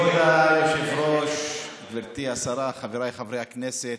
כבוד היושב-ראש, גברתי השרה, חבריי חברי הכנסת,